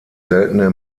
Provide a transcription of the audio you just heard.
seltene